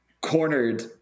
cornered